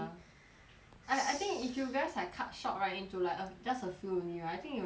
I I think if you guys like cut short right into like a just a few only right I think you will be better sia